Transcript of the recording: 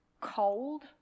cold